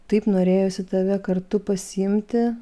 taip norėjosi tave kartu pasiimti